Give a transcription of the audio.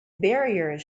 barrier